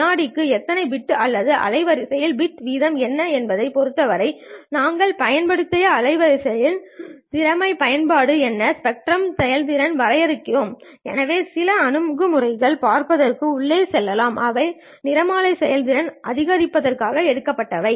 விநாடிக்கு எத்தனை பிட்கள் அல்லது அலைவரிசையின் பிட் வீதம் என்ன என்பதைப் பொறுத்தவரை நாங்கள் பயன்படுத்திய அலைவரிசையின் திறமையான பயன்பாடு என ஸ்பெக்ட்ரல் செயல்திறனை வரையறுக்கிறோம் எனவே சில அணுகுமுறைகளைப் பார்ப்பதற்கு உள்ளே செல்லலாம் அவை நிறமாலை செயல்திறனை அதிகரிப்பதற்காக எடுக்கப்படுகின்றன